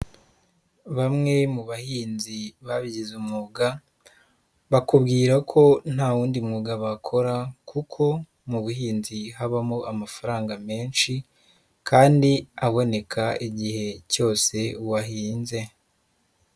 Bamwe mu bahinzi babigize umwuga bakubwira ko nta wundi mwuga bakora, kuko mu buhinzi habamo amafaranga menshi kandi aboneka igihe cyose wahinze.